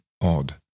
odd